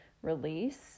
release